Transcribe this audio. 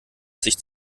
sich